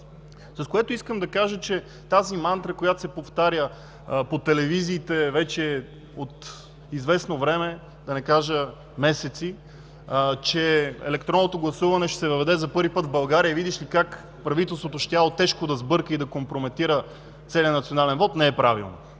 С това искам да кажа, че тази мантра, която се повтаря по телевизиите вече от известно време, да не кажа месеци, че електронното гласуване ще се въведе за първи път в България и, видиш ли, как правителството щяло тежко да сбърка и да компрометира целия национален вот, не е правилно.